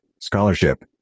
scholarship